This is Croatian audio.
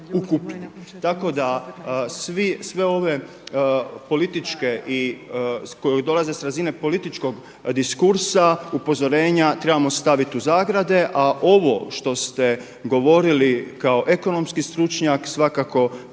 Tako da sve ove političke i, koje dolaze sa razine političkog diskursa upozorenja trebamo staviti u zagrade. A ovo što ste govorili kao ekonomski stručnjak svakako